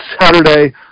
Saturday